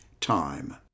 time